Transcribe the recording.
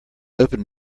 open